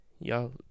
y'all